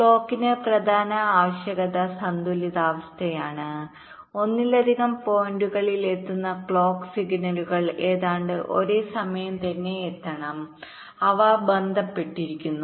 ക്ലോക്കിന് പ്രധാന ആവശ്യകത സന്തുലിതാവസ്ഥയാണ് ഒന്നിലധികം പോയിന്റുകളിൽ എത്തുന്ന ക്ലോക്ക് സിഗ്നലുകൾഏതാണ്ട് ഒരേ സമയം തന്നെ എത്തണം അവ ബന്ധപ്പെട്ടിരിക്കുന്നു